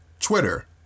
Twitter